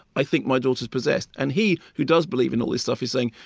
i think my daughter's possessed, and he, who does believe in all this stuff, is saying,